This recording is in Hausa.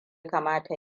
kamata